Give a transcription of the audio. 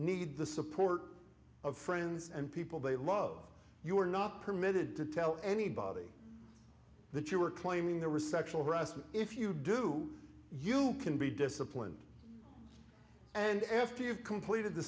need the support of friends and people they love you are not permitted to tell anybody that you are claiming the resection breast if you do you can be disciplined and after you've completed the